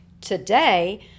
Today